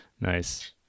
nice